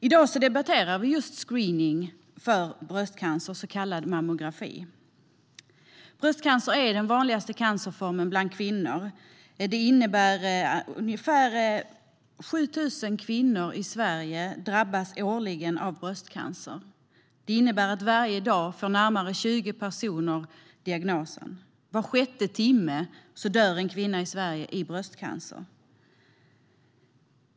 I dag debatterar vi just screening för bröstcancer, så kallad mammografi. Bröstcancer är den vanligaste cancerformen bland kvinnor. Ungefär 7 000 kvinnor i Sverige drabbas årligen av bröstcancer. Det innebär att varje dag får närmare 20 personer diagnosen. Var sjätte timme dör en kvinna i Sverige i bröstcancer.